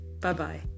Bye-bye